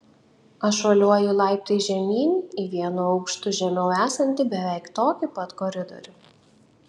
aš šuoliuoju laiptais žemyn į vienu aukštu žemiau esantį beveik tokį pat koridorių